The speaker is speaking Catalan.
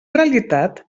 realitat